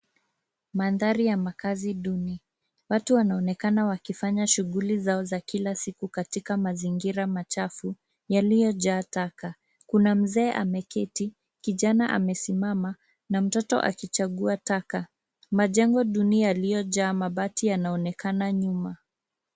Mandhari ya makazi duni. Watu wanaonekana wakifanya shughuli zao za kila siku katika mazingira machafu yaliyojaa taka. Kuna mzee ameketi, kijana amesimama na mtoto akichagua taka. Majengo duni yaliyojaa mabati yanaonekana nyuma.